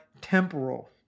temporal